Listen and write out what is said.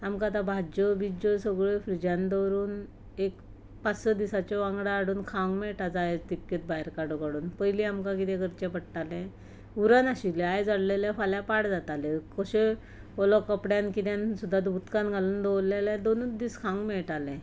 आमकां आतां भाज्यो भिज्यो सगळ्यो फ्रीजांत दवरून एक पांच स दिसांच्यो वांगडा हाडून खावूंक मेळटा जाय तितके भायर काडून काडून पयलीं आमकां कितें करचें पडटालें उरनाशिल्लें आयज हाडल्लें फाल्यां पाड जातालें कशेंय ओलो कपड्यान कित्यान सुद्दां धूवन उदकांत घालून दवरलें जाल्यार दोनूच दीस खावूंक मेळटालें